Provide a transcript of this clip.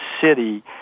city